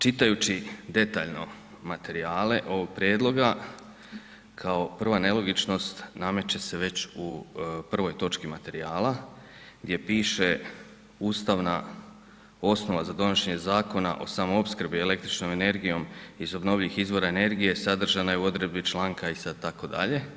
Čitajući detaljno materijale ovog prijedloga, kao prva nelogičnost nameće se već u prvoj točki materijala gdje piše ustavna osnova za donošenje zakona o samoopskrbi električnom energijom iz obnovljivih izvora energije sadržana je u odredbi članka i sad tako dalje.